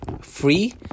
free